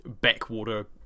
backwater